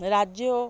রাজ্যেও